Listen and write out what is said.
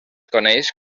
coneix